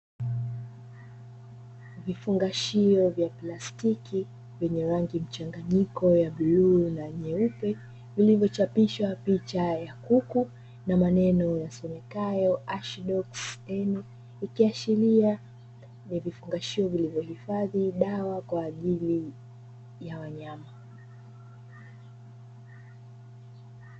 Vifungashio vya plastiki vyenye rangi mchanganyiko ya buluu na nyeupe vilivyochapishwa picha ya kuku na maneno yasomekayo "ASHIDOX-N". Ikiashiria ni vifungashio vilivyohifadhi dawa kwa ajili ya wanyama.